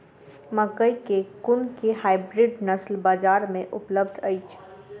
मकई केँ कुन केँ हाइब्रिड नस्ल बजार मे उपलब्ध अछि?